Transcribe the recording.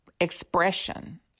expression